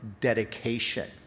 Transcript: Dedication